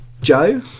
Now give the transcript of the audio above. Joe